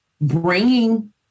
bringing